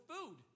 food